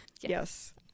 Yes